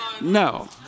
No